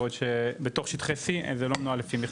בעוד שבתוך שטחי C זה לא מנוהל לפי מכסות.